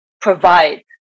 provide